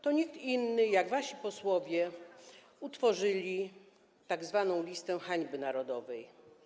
To nikt inny, tylko wasi posłowie utworzyli tzw. listę hańby narodowej.